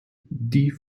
die